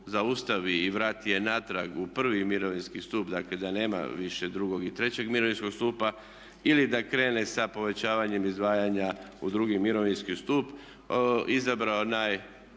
zaustavi i vrati je natrag u prvi mirovinski stup, dakle da nema više drugog i trećeg mirovinskog stupa ili da krene sa povećavanjem izdvajanja u drugi mirovinski stup izabrao najgoru